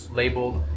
labeled